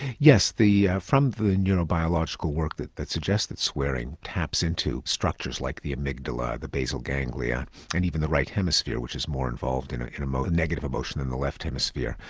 yes, ah from the neurobiological work that that suggests that swearing taps into structures like the amygdala, the basal ganglia and even the right hemisphere which is more involved in you know and negative emotion than the left hemisphere,